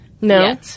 No